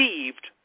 received